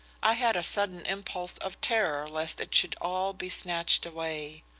i had a sudden impulse of terror lest it should all be snatched away.